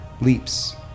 leaps